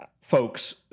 folks